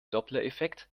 dopplereffekt